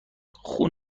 خون